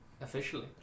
Officially